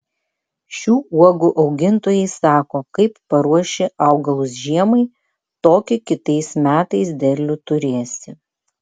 šių uogų augintojai sako kaip paruoši augalus žiemai tokį kitais metais derlių turėsi